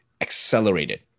accelerated